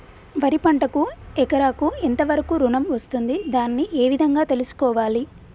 వరి పంటకు ఎకరాకు ఎంత వరకు ఋణం వస్తుంది దాన్ని ఏ విధంగా తెలుసుకోవాలి?